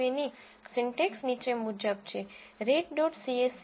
csv ની syntax નીચે મુજબ છે રીડ ડોટ સીએસવીread